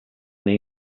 nahi